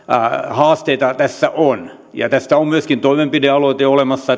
haasteita tässä on tästä on myöskin toimenpidealoite olemassa